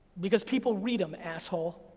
because people read em, asshole.